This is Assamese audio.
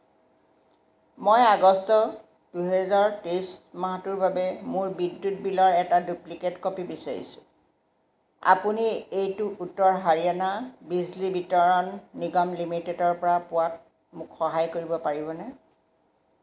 মই আগষ্ট দুহেজাৰ তেইছ মাহটোৰ বাবে মোৰ বিদ্যুৎ বিলৰ এটা ডুপ্লিকেট কপি বিচাৰিছোঁ আপুনি এইটো উত্তৰ হাৰিয়ানা বিজলী বিতৰণ নিগম লিমিটেডৰপৰা পোৱাত মোক সহায় কৰিব পাৰিবনে